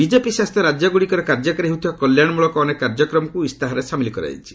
BJP ଶାସିତ ରାଜ୍ୟଗୁଡ଼ିକରେ କାର୍ଯ୍ୟକାରୀ ହେଉଥିବା କଲ୍ୟାଣମ୍ରଳକ ଅନେକ କାର୍ଯ୍ୟକ୍ରମକୁ ଇସ୍ତାହାରରେ ସାମିଲ କରାଯାଇଛି